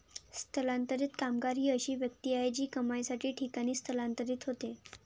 स्थलांतरित कामगार ही अशी व्यक्ती आहे जी कमाईसाठी ठिकाणी स्थलांतरित होते